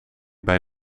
bij